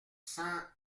cent